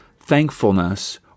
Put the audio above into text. thankfulness